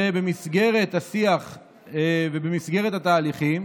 שבמסגרת השיח ובמסגרת התהליכים